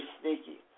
sneaky